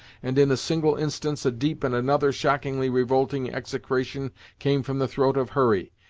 and, in a single instance, a deep and another shockingly revolting execration came from the throat of hurry.